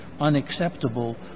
unacceptable